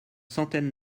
centaines